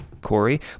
Corey